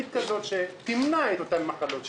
שתמנע את אותן מחלות,